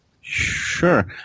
Sure